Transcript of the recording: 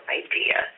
idea